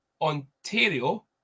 Ontario